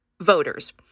voters